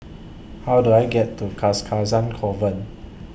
How Do I get to Cars Casa Convent